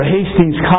Hastings